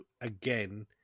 again